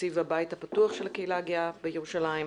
בתקציב הבית הפתוח של הקהילה הגאה בירושלים.